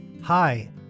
Hi